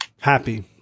happy